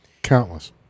Countless